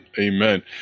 Amen